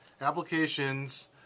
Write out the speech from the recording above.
applications